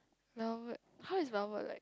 downward how is downward like